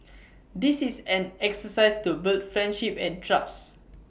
this is an exercise to build friendship and trust